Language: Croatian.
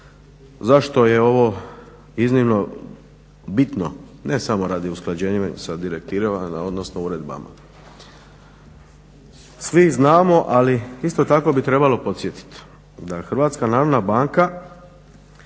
zašto je ovo iznimno bitno ne samo radi usklađenja sa direktivama, odnosno uredbama. Svi znamo, ali isto tako bi trebalo podsjetiti da Hrvatska narodna banka